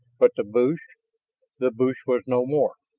but the bush the bush was no more!